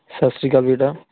ਸਤਿ ਸ਼੍ਰੀ ਅਕਾਲ ਬੇਟਾ